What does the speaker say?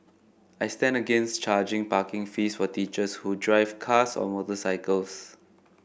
I stand against charging parking fees for teachers who drive cars or motorcycles